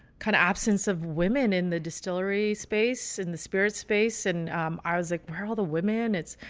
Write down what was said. kind of absence of women in the distillery space in the spirit space and i was like marvel the women it's,